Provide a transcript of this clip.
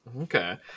okay